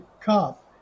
cop